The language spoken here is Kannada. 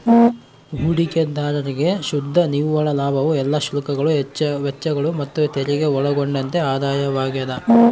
ಹೂಡಿಕೆದಾರ್ರಿಗೆ ಶುದ್ಧ ನಿವ್ವಳ ಲಾಭವು ಎಲ್ಲಾ ಶುಲ್ಕಗಳು ವೆಚ್ಚಗಳು ಮತ್ತುತೆರಿಗೆ ಒಳಗೊಂಡಂತೆ ಆದಾಯವಾಗ್ಯದ